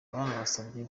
yanabasabye